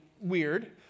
weird